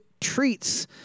treats